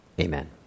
Amen